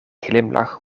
glimlach